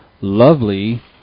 lovely